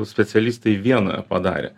specialistai vienoje padarė